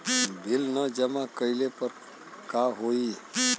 Bill न जमा कइले पर का होई?